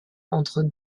entre